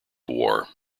war